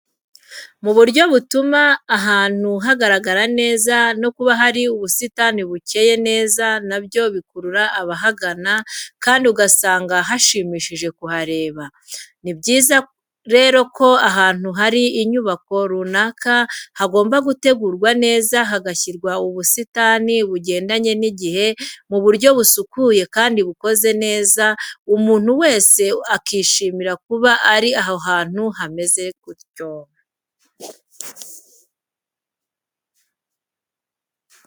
Mu buryo butuma ahantu hagaragara neza no kuba hari ubusitani bukeze neza na byo bikurura abahagana kandi ugasanga hashimishije kuhareba, ni byiza rero ko ahantu hari inyubako runaka hagomba gutegurwa neza hagashyirwa ubusitani bugendanye n'igihe mu buryo busukuye kandi bukoze neza umuntu wese akishimira kuba ari ahantu hameze gutyo.